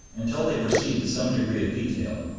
until they proceed to some degree of detail,